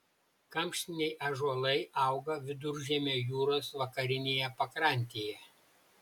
kamštiniai ąžuolai auga viduržemio jūros vakarinėje pakrantėje